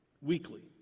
weekly